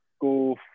go